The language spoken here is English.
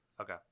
Okay